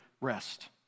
rest